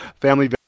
Family